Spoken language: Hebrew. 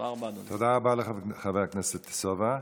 תודה רבה לחבר הכנסת סובה.